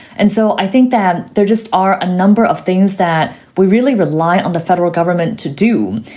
and so i think that there just are a number of things that we really rely on the federal government to do.